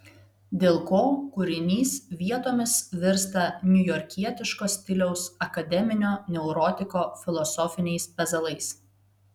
dėl ko kūrinys vietomis virsta niujorkietiško stiliaus akademinio neurotiko filosofiniais pezalais